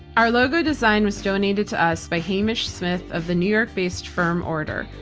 our logo design was donated to us by hamish smyth of the new york based firm order.